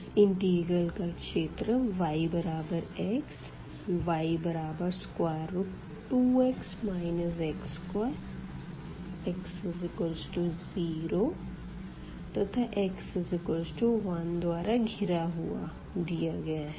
इस इंटिग्रल का क्षेत्र yxy2x x2x0 तथा x1 द्वारा घिरा हुआ दिया गया है